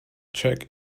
check